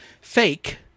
fake